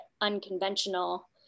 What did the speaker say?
unconventional